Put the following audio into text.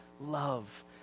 love